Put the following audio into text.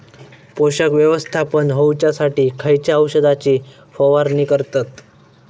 पोषक व्यवस्थापन होऊच्यासाठी खयच्या औषधाची फवारणी करतत?